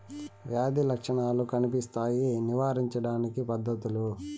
వ్యాధి లక్షణాలు కనిపిస్తాయి నివారించడానికి పద్ధతులు?